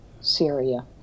Syria